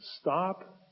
stop